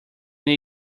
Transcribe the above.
new